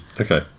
Okay